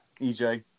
EJ